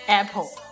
Apple